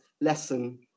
lesson